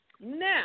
Now